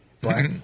black